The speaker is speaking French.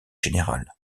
générales